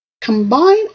Combine